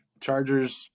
Chargers